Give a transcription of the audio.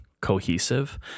cohesive